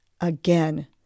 Again